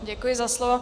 Děkuji za slovo.